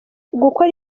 gukora